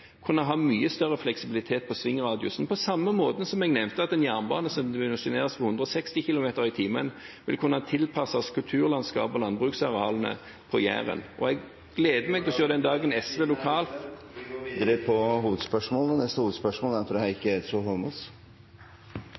kunne ha mye større fleksibilitet på svingradiusen, på samme måte som jeg nevnte at en jernbane som dimensjoneres for rundt 160 km/t, vil kunne tilpasses kulturlandskapet og landbruksarealene på Jæren. Vi går videre til neste hovedspørsmål. I forbindelse med forhandlingene om Oslopakke 3 foregår det en diskusjon om hvor høye bompengesatser det er